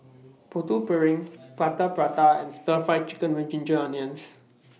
Putu Piring Plaster Prata and Stir Fried Chicken with Ginger Onions